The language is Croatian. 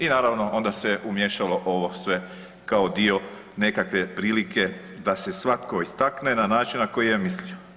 I naravno onda se umiješalo ovo sve kao dio nekakve prilike da se svako istakne na način na koji je mislio.